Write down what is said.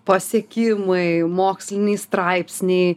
pasiekimai moksliniai straipsniai